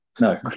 No